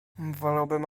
wolałbym